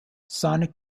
sonic